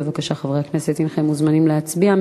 בבקשה, חברי הכנסת, הנכם מוזמנים להצביע.